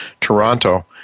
Toronto